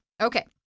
Okay